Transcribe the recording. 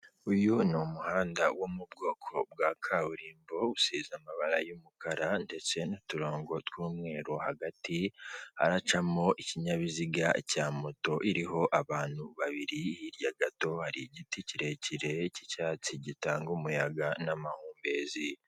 Uyu ni umuhanda wo mu bwoko bwa kaburimbo; usize amabara y'umukara ndetse n'uturongo tw'umweru hagati haracamo ikinyabiziga cya moto iriho abantu babiri; hirya gato hari igiti kirekire cy'icyatsi gitanga umuyaga n'amahumbezi.